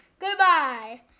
Goodbye